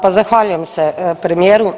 Pa zahvaljujem se premijeru.